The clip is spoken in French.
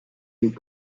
les